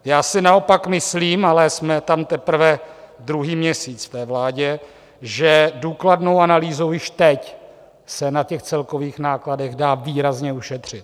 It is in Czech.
Já si naopak myslím, ale jsme tam teprve druhý měsíc ve vládě, že důkladnou analýzou již teď se na celkových nákladech dá výrazně ušetřit.